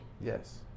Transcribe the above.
Yes